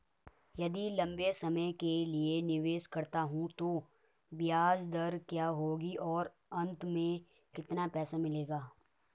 यदि लंबे समय के लिए निवेश करता हूँ तो ब्याज दर क्या होगी और अंत में कितना पैसा मिलेगा?